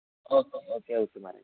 okay okay okay by